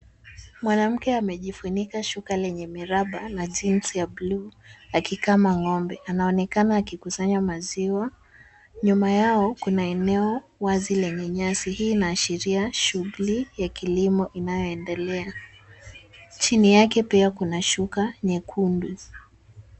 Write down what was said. Mwanamke amejifunika shuka lenye miraba na jeansi ya blue , akikama ng'ombe. Anaonekana akikusanya maziwa. Nyuma yao kuna eneo wazi lenye nyasi, hii inaashiria shughuli ya kilimo inayoendelea. Chini yake pia kuna shuka nyekundu.